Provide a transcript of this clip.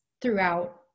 throughout